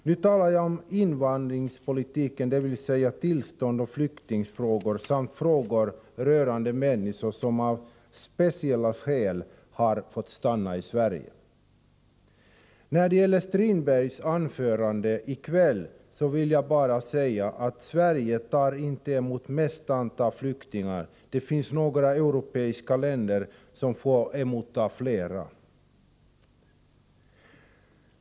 Nu skall jag tala om invandringspolitiken, dvs. tillståndsoch flyktingfrågor samt frågor rörande människor som av speciella skäl har fått stanna i Sverige. När det gäller Per-Olof Strindbergs anförande i kväll vill jag bara säga att Sverige tar inte emot det största antalet flyktingar. Det finns några europeiska länder som får ta emot fler.